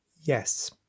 Yes